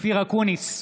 אופיר אקוניס,